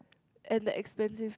and the expensive